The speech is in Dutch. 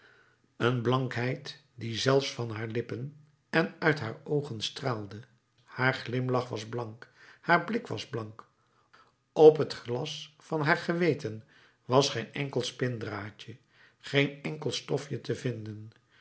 een blankheid die zelfs van haar lippen en uit haar oogen straalde haar glimlach was blank haar blik was blank op het glas van haar geweten was geen enkel spindraadje geen enkel stofje te vinden